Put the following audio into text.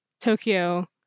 Tokyo